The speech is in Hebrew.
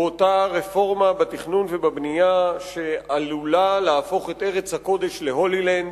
הוא אותה רפורמה בתכנון ובבנייה שעלולה להפוך את ארץ הקודש ל"הולילנד",